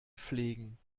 pflegen